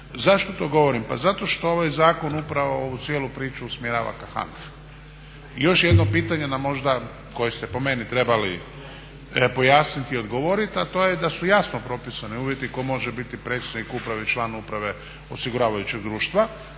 Zašto to govorim? Pa zato što ovaj zakon upravo ovu cijelu priču usmjerava ka HANFA-i. I još jedno pitanje nam možda koje ste po meni trebali pojasniti i odgovoriti, a to je da su jasno propisani uvjeti to može biti predsjednik uprave i član uprave osiguravajućeg društva.